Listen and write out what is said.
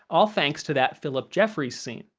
all thanks to that phillip jeffries scene.